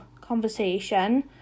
conversation